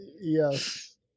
Yes